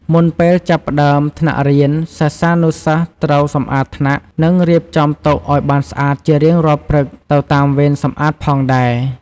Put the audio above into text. មុនពេលចាប់ផ្ដើមថ្នាក់រៀន សិស្សានុសិស្សត្រូវសម្អាតថ្នាក់ និងរៀបចំតុឱ្យបានស្អាតជារៀងរាល់ព្រឹកទៅតាមវេនសម្អាតផងដែរ។